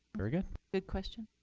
very good. good question.